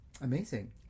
Amazing